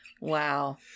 Wow